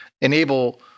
enable